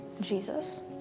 Jesus